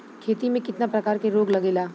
खेती में कितना प्रकार के रोग लगेला?